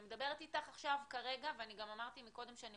אני מדברת איתך כרגע ואני גם אמרתי קודם שאני